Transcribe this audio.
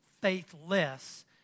faithless